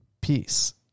Peace